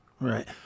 Right